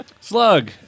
Slug